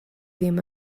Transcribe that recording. ddim